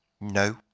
No